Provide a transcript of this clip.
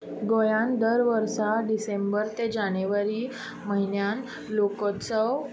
गोंयांत दर वर्सा डिसेंबर ते जानेवरी म्हयन्यांत लोकोत्सव